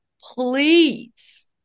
please